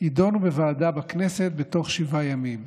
יידונו בוועדה בכנסת בתוך שבעה ימים.